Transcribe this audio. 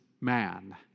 man